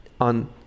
on